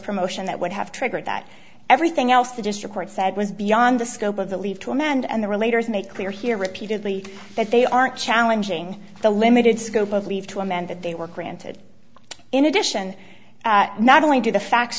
promotion that would have triggered that everything else the district court said was beyond the scope of the leave to amend and the relator is made clear here repeatedly that they aren't challenging the limited scope of leave to amend that they were granted in addition not only do the facts